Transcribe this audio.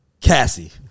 Cassie